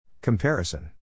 Comparison